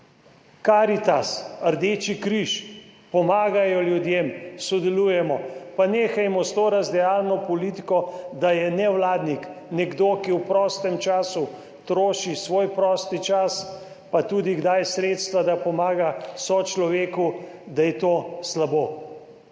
Karitas, Rdeči križ pomagajo ljudem, sodelujemo. Pa nehajmo s to razdiralno politiko, da je nevladnik nekdo, ki v prostem času troši svoj prosti čas pa kdaj tudi sredstva, da pomaga sočloveku, da je to slabo.